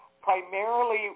primarily